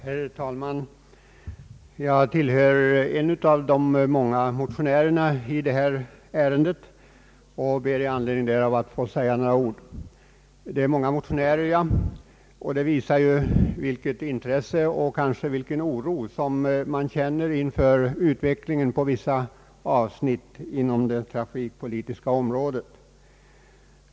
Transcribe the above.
Herr talman! Jag tillhör en av de många motionärerna i detta ärende och ber med anledning därav att få säga några ord. Motionärerna är många, vilket ju visar det intresse och kanske den oro som man känner inför utvecklingen på vissa avsnitt inom det trafikpoli tiska området.